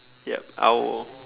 yup I'll